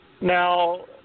Now